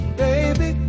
baby